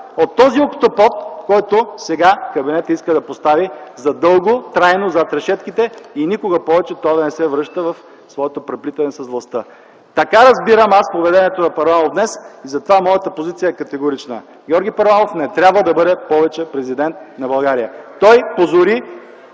от този октопод, който сега кабинетът иска да постави за дълго и трайно зад решетките и никога повече той да не се връща в своето преплитане с властта. Така разбирам аз поведението на Първанов днес и затова моята позиция е категорична. Георги Първанов не трябва да бъде повече президент на България! Той позори